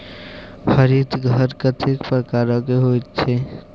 हरित घर कतेक प्रकारक होइत छै?